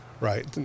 right